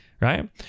right